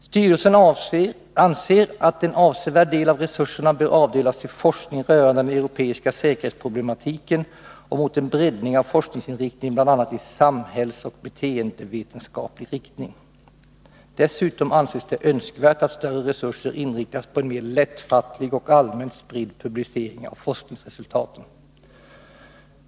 Styrelsen anser att en avsevärd del av resurserna bör avdelas till forskning rörande den europeiska säkerhetsproblematiken och mot en breddning av forskningsinriktningen bl.a. i samhällsoch beteendevetenskaplig riktning. Dessutom anses det önskvärt att större resurser inriktas på en mer lättfattlig och allmänt spridd publicering av forskningsresultaten.